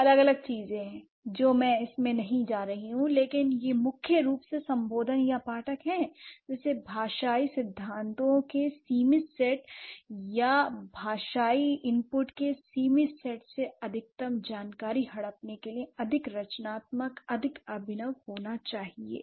ये अलग अलग चीजें हैं जो मैं इसमें नहीं जा रहा हूं लेकिन यह मुख्य रूप से संबोधन या पाठक है जिसे भाषाई सिद्धांतों के सीमित सेट या भाषाई इनपुट के सीमित सेट से अधिकतम जानकारी हड़पने के लिए अधिक रचनात्मक अधिक अभिनव होना चाहिए